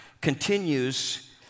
continues